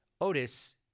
Otis